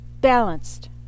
balanced